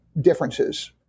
differences